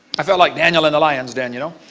i felt like daniel in the lion's den. you know